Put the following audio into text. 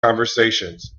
conversations